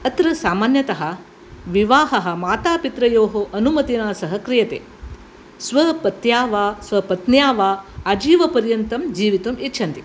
अत्र सामान्यतः विवाहः मातापित्र्योः अनुमतिना सह क्रियते स्वपत्या वा स्वपत्न्या वा आजीवपर्यन्तं जीवितुम् इच्छन्ति